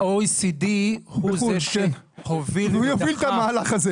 ה-OECD הוא זה שהוביל --- והוא הוביל את המהלך הזה.